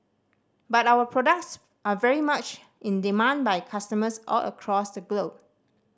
but our products are very much in demand by customers all across the globe